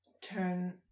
turn